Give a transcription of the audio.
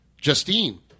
Justine